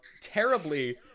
terribly